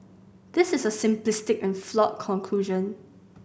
this is a simplistic and flawed conclusion